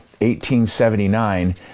1879